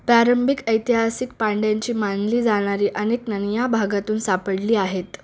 प्रारंभिक ऐतिहासिक पांड्यांची मानली जाणारी अनेक नाणी या भागातून सापडली आहेत